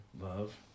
love